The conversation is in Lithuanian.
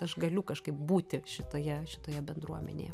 aš galiu kažkaip būti šitoje šitoje bendruomenėje